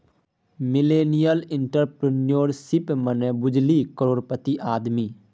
millennial entrepreneurship मने बुझली करोड़पति आदमी